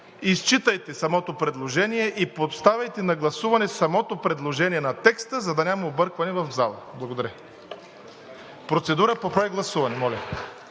изчитайте самото предложение и поставяйте на гласуване самото предложение на текста, за да няма объркване в залата. Благодаря. Моля, процедура по прегласуване!